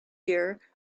year